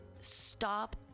stop